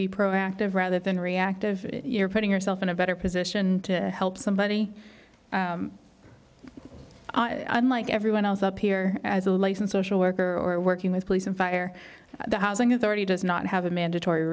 be proactive rather than reactive you're putting yourself in a better position to help somebody unlike everyone else up here as a life and social worker or working with police and fire the housing authority does not have a mandatory